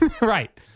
Right